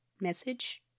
message